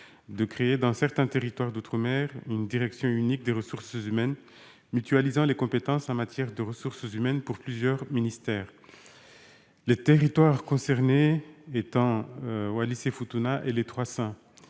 de créer dans certains territoires d'outre-mer une direction unique des ressources humaines mutualisant les compétences en matière de ressources humaines pour plusieurs ministères. Les territoires concernés sont Wallis-et-Futuna,